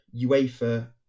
UEFA